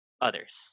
others